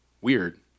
Weird